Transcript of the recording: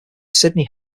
sydney